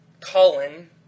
Colin